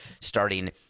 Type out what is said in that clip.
starting